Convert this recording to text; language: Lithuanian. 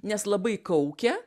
nes labai kaukia